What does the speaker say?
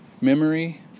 memory